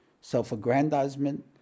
self-aggrandizement